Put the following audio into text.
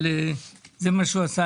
אבל זה מה שהוא עשה.